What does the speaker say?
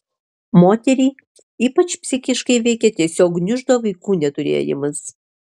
moterį ypač psichiškai veikia tiesiog gniuždo vaikų neturėjimas